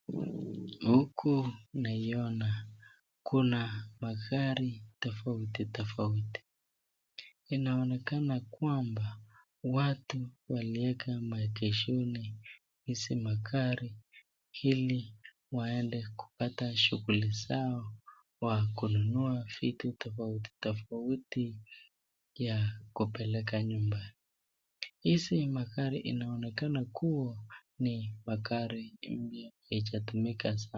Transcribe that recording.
Huku naiona kuna magari tofauti tofauti. Inaonekana kwamba watu walieka maegeshoni hizi magari, ili waende kupata shughuli zao wa kununua vitu tofauti tofauti ya kupeleka nyumbani. Hizi magari inaonekana kuwa ni magari mpya, haijatumika sana.